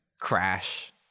Crash